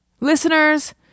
Listeners